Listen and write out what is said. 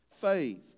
faith